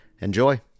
Enjoy